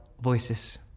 voices